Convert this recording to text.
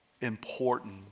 important